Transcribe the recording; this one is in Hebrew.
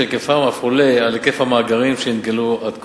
שהיקפם אף עולה על היקף המאגרים שנתגלו עד כה.